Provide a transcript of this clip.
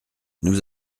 nous